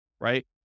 right